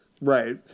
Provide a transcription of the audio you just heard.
Right